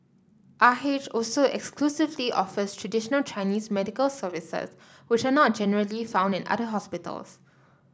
R H also exclusively offers traditional Chinese medical services which are not generally found in other hospitals